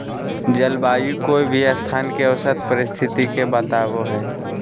जलवायु कोय भी स्थान के औसत परिस्थिति के बताव हई